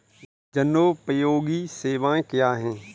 जनोपयोगी सेवाएँ क्या हैं?